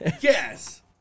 Yes